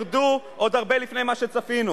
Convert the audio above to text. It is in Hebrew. שמחירי הדיור עוד ירדו הרבה לפני מה שצפינו.